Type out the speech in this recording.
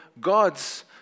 gods